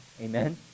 Amen